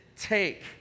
take